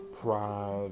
Pride